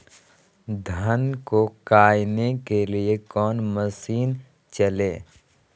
धन को कायने के लिए कौन मसीन मशीन चले?